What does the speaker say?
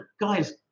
guys